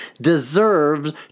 deserves